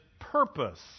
purpose